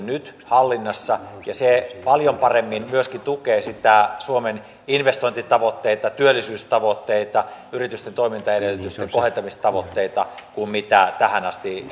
nyt hallinnassa ja se paljon paremmin myöskin tukee suomen investointitavoitteita työllisyystavoitteita yritysten toimintaedellytysten kohentamistavoitteita kuin tähän asti